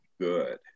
good